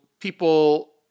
people